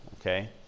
okay